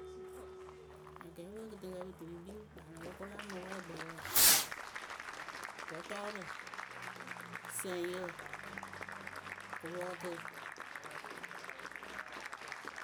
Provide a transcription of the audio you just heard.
Akɛɛpǝ we kɨtɨŋkǝ pɨ tɨ pɨ kpii rɨ kpanʊ pɨ kʊla mɨ wɛkpǝ wǝǝ Gɔtɔɔrǝ sǝŋyǝ kɨpɔɔkǝ.